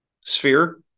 sphere